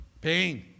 pain